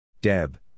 Deb